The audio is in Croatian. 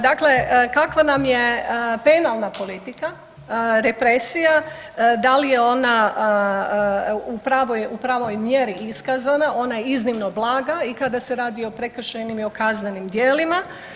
Dakle, kakva nam je penalna politika, represija, da li je ona u pravoj, u pravoj mjeri iskazana, ona je iznimno blaga i kada se radi o prekršajnim i o kaznenim djelima.